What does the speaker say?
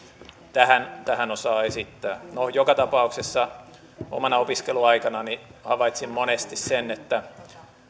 tähän tähän osaa esittää no joka tapauksessa omana opiskeluaikanani havaitsin monesti sen että